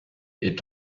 est